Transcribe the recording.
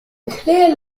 clear